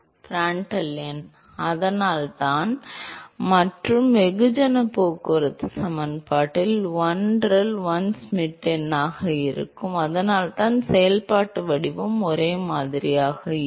Prandtl எண் அதனால்தான் மற்றும் வெகுஜன போக்குவரத்து சமன்பாட்டில் 1 ReL ஆல் 1 ஆக ஷ்மிட் எண்ணாக இருக்கும் அதனால்தான் செயல்பாட்டு வடிவம் ஒரே மாதிரியாக இருக்கும்